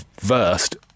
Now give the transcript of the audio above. versed